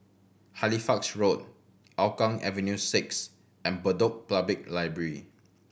Halifax Road Hougang Avenue Six and Bedok Public Library